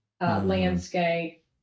landscape